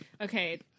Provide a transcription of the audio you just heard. Okay